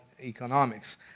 Economics